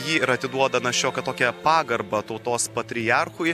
jį ir atiduoda na šiokią tokią pagarbą tautos patriarchui